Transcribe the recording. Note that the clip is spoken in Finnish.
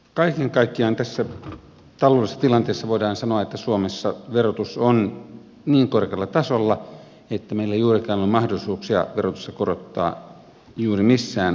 kaiken kaikkiaan tässä taloudellisessa tilanteessa voidaan sanoa että suomessa verotus on niin korkealla tasolla ettei meillä juurikaan ole mahdollisuuksia verotusta korottaa juuri missään tulolajissa